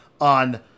on